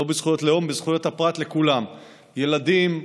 לא בזכויות לאום, בזכויות הפרט לכולם, ילדים,